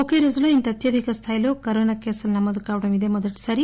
ఒకే రోజు ఇంత అత్యధిక స్థాయిలో కేసులు నమోదు కావడం ఇదే మొదటి సారి